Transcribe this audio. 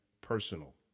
personal